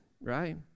right